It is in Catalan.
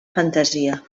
fantasia